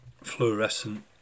fluorescent